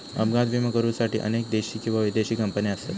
अपघात विमो करुसाठी अनेक देशी किंवा विदेशी कंपने असत